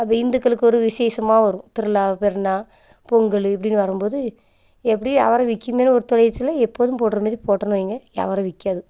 அப்போ இந்துக்களுக்கு ஒரு விசேஷமாக வரும் திருநாள் பெருநாள் பொங்கல் இப்படின்னு வரும்போது எப்படியும் யாபாரம் விற்கிம் தானே ஒரு துணிச்சல்ல எப்போதும் போடுற மாதிரி போட்டேன்னு வைங்க யாபாரம் விக்காது